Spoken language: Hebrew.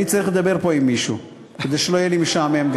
אני צריך לדבר פה עם מישהו כדי שלא יהיה לי משעמם.